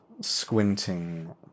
squinting